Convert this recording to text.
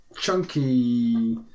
chunky